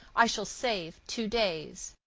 i shall save two days.